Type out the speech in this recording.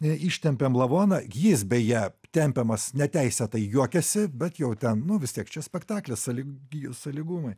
ištempėm lavoną jis beje tempiamas neteisėtai juokėsi bet jau ten nu vis tiek čia spektaklis sąlygi sąlygumai